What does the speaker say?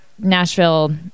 Nashville